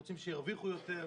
רוצים שירוויחו יותר.